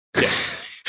yes